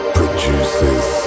produces